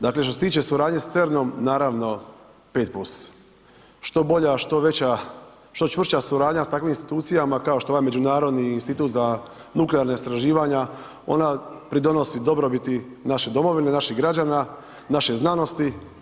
Dakle, što se tiče suradnje s CERN-om naravno 5+, što bolja, što veća, što čvršća suradnja s takvim institucijama kao što je ovaj Međunarodni institut za nuklearna istraživanja ona pridonosi dobrobiti naše domovine, naših građana, naše znanosti.